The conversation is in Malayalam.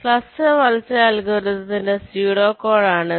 ക്ലസ്റ്റർ വളർച്ചാ അൽഗോരിതത്തിന്റെ സ്യൂഡോ കോഡാണിത്